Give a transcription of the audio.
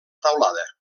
teulada